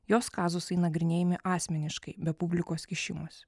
jos kazusai nagrinėjami asmeniškai be publikos kišimosi